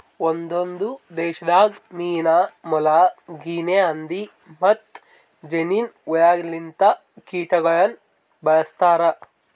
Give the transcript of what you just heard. ಒಂದೊಂದು ದೇಶದಾಗ್ ಮೀನಾ, ಮೊಲ, ಗಿನೆ ಹಂದಿ ಮತ್ತ್ ಜೇನಿನ್ ಹುಳ ಲಿಂತ ಕೀಟಗೊಳನು ಬಳ್ಸತಾರ್